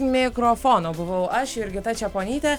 mikrofono buvau aš jurgita čeponytė